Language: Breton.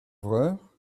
vreur